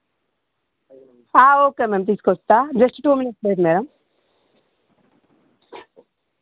okay ma'am తీసుకొస్తా just two minutes wait madam